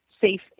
safe